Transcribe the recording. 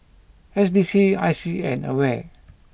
S D C I C and Aware